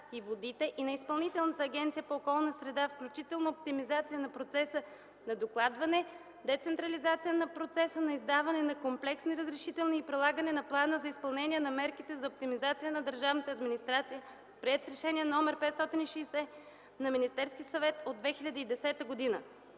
и водите и на Изпълнителната агенция по околна среда, включително оптимизация на процеса на докладване, децентрализация на процеса на издаване на комплексни разрешителни и прилагане на Плана за изпълнение на мерките за оптимизация на държавната администрация, приет с Решение № 560 на Министерския съвет от 2010 г.;